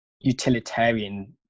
utilitarian